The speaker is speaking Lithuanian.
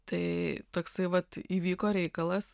tai toksai vat įvyko reikalas